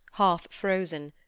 half frozen,